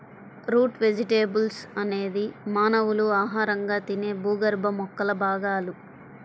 route vegetables అనేది మానవులు ఆహారంగా తినే భూగర్భ మొక్కల భాగాలు